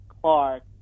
Clark